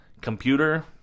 computer